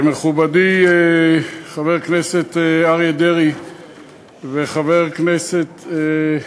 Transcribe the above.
מכובדי, חבר הכנסת אריה דרעי וחבר הכנסת,